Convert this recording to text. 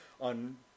on